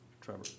Trevor